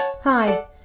Hi